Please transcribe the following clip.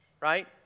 Right